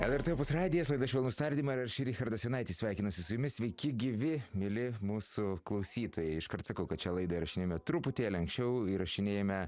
lrt opus radijas laida švelnūs tardymai ir aš richardas jonaitis sveikinasi su jumis sveiki gyvi mieli mūsų klausytojai iškart sakau kad šią laidą įrašinėjame truputėlį anksčiau įrašinėjame